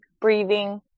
breathing